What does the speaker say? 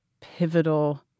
pivotal